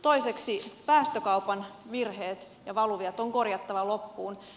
toiseksi päästökaupan virheet ja valuviat on korjattava loppuun